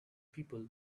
people